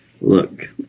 Look